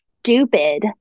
stupid